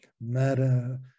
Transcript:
matter